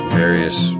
various